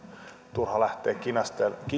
turha lähteä